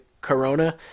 corona